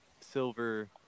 silver